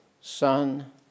son